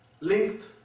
linked